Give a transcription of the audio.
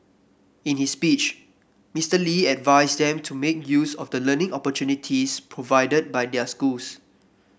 in his speech Mister Lee advised them to make use of the learning opportunities provided by their schools